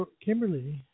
Kimberly